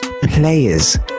players